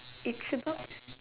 it's about